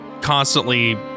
constantly